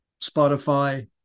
Spotify